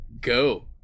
go